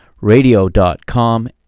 radio.com